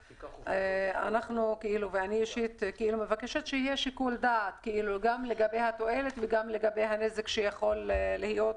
אני מבקשת שיהיה שיקול דעת גם לגבי התועלת וגם לגבי הנזק שיכול להיות.